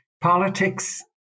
politics